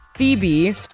Phoebe